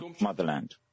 motherland